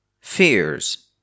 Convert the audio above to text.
Fears